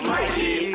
Mighty